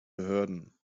behörden